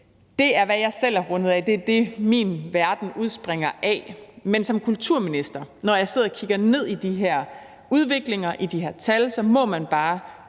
Det er det, jeg selv er rundet af. Det er det, min verden udspringer af. Men når jeg som kulturminister sidder og kigger ind i de her udviklinger i de her tal, må man bare